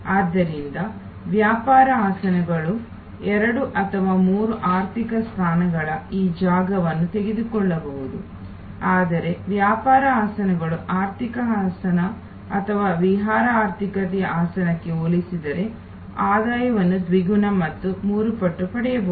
ಆದ್ದರಿಂದ ವ್ಯಾಪಾರ ಆಸನಗಳು ಎರಡು ಅಥವಾ ಮೂರು ಆರ್ಥಿಕ ಸ್ಥಾನಗಳ ಈ ಜಾಗವನ್ನು ತೆಗೆದುಕೊಳ್ಳಬಹುದು ಆದರೆ ವ್ಯಾಪಾರ ಆಸನಗಳು ಆರ್ಥಿಕ ಆಸನ ಅಥವಾ ವಿಹಾರ ಆರ್ಥಿಕತೆಯ ಆಸನಕ್ಕೆ ಹೋಲಿಸಿದರೆ ಆದಾಯವನ್ನು ದ್ವಿಗುಣ ಅಥವಾ ಮೂರು ಪಟ್ಟು ಪಡೆಯಬಹುದು